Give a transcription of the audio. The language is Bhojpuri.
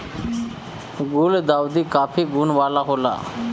गुलदाउदी काफी गुण वाला होला